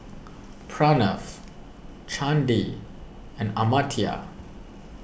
Pranav Chandi and Amartya